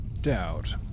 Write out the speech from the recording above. doubt